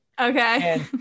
Okay